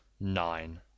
Nine